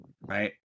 right